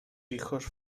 hijos